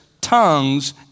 Tongues